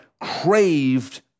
craved